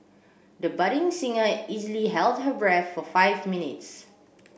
the budding singer easily held her breath for five minutes